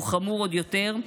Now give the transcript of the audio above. והוא חמור עוד יותר,